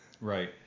Right